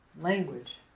language